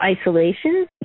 isolation